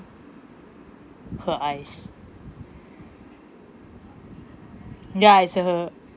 her eyes ya it's a her